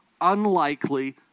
unlikely